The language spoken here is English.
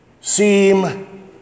seem